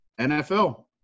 NFL